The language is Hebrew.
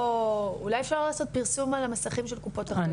אולי אפשר לעשות פרסום על המסכים של קופות החולים.